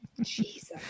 Jesus